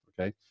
okay